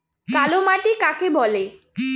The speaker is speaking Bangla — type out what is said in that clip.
কালোমাটি কাকে বলে?